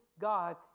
God